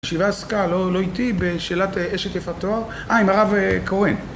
ישיבה עסקה, לא איתי, בשאלת אשת איפה תואר, אה, עם הרב קורן.